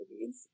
movies